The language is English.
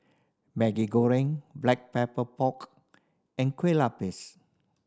Maggi Goreng Black Pepper Pork and Kueh Lupis